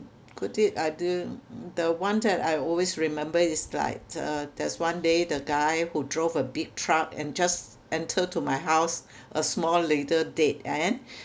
could it either mm the one that I always remember is like uh there's one day the guy who drove a big truck and just enter to my house a small later date and